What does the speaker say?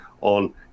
on